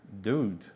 Dude